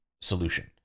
solution